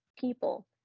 people